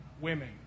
women